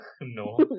No